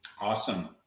Awesome